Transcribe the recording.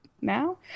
Now